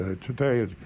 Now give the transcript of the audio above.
today